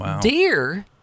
deer